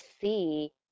see